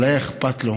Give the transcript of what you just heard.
אבל היה אכפת לו